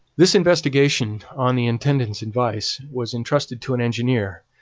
this investigation, on the intendant's advice, was entrusted to an engineer,